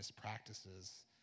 practices